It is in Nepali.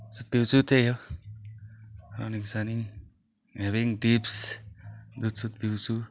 पिउँछु त्यही हो रनिङ सनिङ हेभिङ डिप्स दुधसुत पिउँछु